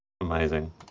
Amazing